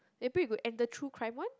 maybe it got enter through crime one